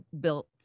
built